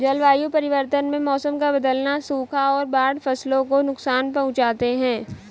जलवायु परिवर्तन में मौसम का बदलना, सूखा और बाढ़ फसलों को नुकसान पहुँचाते है